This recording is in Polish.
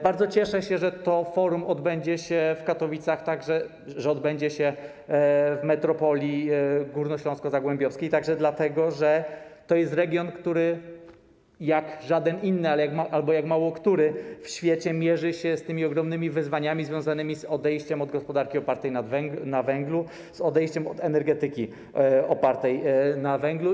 Bardzo cieszę się, że to forum odbędzie się w Katowicach, że odbędzie się w metropolii górnośląsko-zagłębiowskiej, także dlatego, że to jest region, który jak żaden inny albo jak mało który w świecie mierzy się z tymi ogromnymi wyzwaniami związanymi z odejściem od gospodarki opartej na węglu, z odejściem od energetyki opartej na węglu.